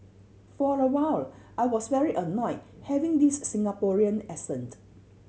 for a while I was very annoyed having this Singaporean accent